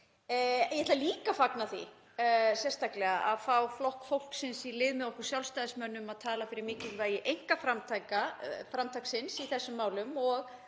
Ég ætla líka að fagna því sérstaklega að fá Flokk fólksins í lið með okkur Sjálfstæðismönnum að tala fyrir mikilvægi einkaframtaksins í þessum málum